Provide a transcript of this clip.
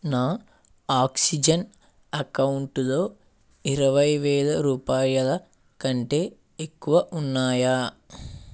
నా ఆక్సిజెన్ అకౌంటులో ఇరవై వేల రూపాయల కంటే ఎక్కువ ఉన్నాయా